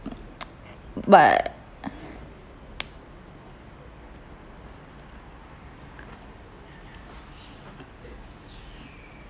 but